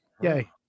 Yay